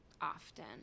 often